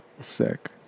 Sick